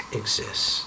exists